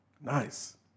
Nice